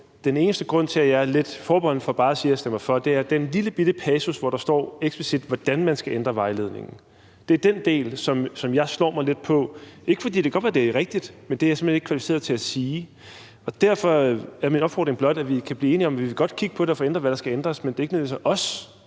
Den eneste grund til, at jeg er lidt forbeholden i forhold til bare at sige, at jeg stemmer for, er den lillebitte passus, hvor der står eksplicit, hvordan man skal ændre vejledningen. Det er den del, som jeg slår mig lidt på. Det kan godt være, at det er rigtigt, men det er jeg simpelt hen ikke kvalificeret til at sige. Derfor er min opfordring blot, at vi kan blive enige om, at vi godt vil kigge på det og få ændret, hvad der skal ændres, men det er ikke nødvendigvis os,